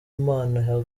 imana